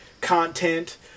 content